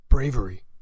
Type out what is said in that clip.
bravery